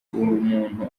umuntu